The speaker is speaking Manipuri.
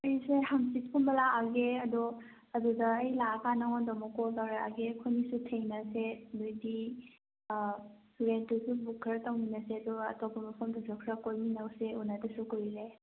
ꯑꯩꯁꯦ ꯍꯪꯆꯤꯠ ꯀꯨꯝꯕ ꯂꯥꯛꯑꯒꯦ ꯑꯗꯣ ꯑꯗꯨꯗ ꯑꯩ ꯂꯥꯛꯑ ꯀꯥꯟꯗ ꯅꯉꯣꯟꯗ ꯑꯃꯨꯛ ꯀꯣꯜ ꯇꯧꯔꯛꯑꯒꯦ ꯑꯩꯈꯣꯏꯅꯤꯁꯨ ꯊꯦꯡꯅꯁꯦ ꯑꯗꯨꯑꯣꯏꯗꯤ ꯔꯦꯟꯇꯨꯁꯨ ꯕꯨꯛ ꯈꯔ ꯇꯧꯃꯤꯟꯅꯁꯦ ꯑꯗꯨꯒ ꯑꯇꯣꯞꯄ ꯃꯐꯝꯗꯁꯨ ꯈꯔ ꯀꯣꯏꯃꯤꯟꯁꯧꯁꯦ ꯎꯅꯗꯕꯁꯨ ꯀꯨꯏꯔꯦ